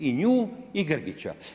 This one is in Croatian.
I nju i Grgića.